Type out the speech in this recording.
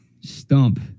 Stump